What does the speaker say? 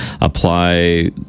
apply